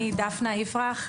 אני דפנה יפרח,